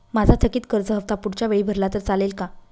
माझा थकीत कर्ज हफ्ता पुढच्या वेळी भरला तर चालेल का?